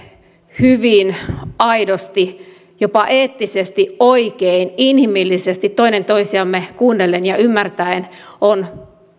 hyvin aidosti jopa eettisesti oikein inhimillisesti toinen toisiamme kuunnellen ja ymmärtäen on